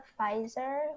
Pfizer